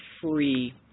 free